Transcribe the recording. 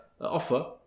offer